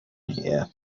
here